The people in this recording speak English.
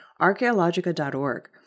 Archaeologica.org